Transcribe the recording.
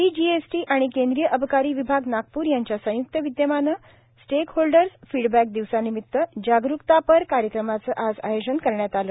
C GST आणि केंद्रीय अबकारी विभाग नागपूर यांच्या संयुक्त विद्यमानं आज स्टेकहोल्डर्स फीडबॅक दिवसानिमित्त जागरूकतापर कार्यक्रमांचं आयोजन करण्यात आलं